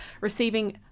receiving